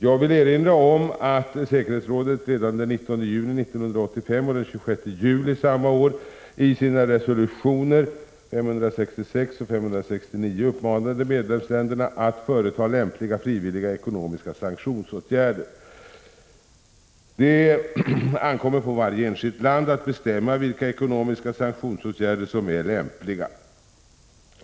Jag vill emellertid erinra om att säkerhetsrådet redan den 19 juni 1985 och den 26 juli samma år i sina resolutioner 566 och 569 uppmanade medlemsländerna att företa lämpliga frivilliga ekonomiska sanktionsåtgärder. Det ankommer på varje enskilt land att bestämma vilka ekonomiska sanktionsåtgärder som är lämpliga.